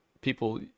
people